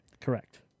Correct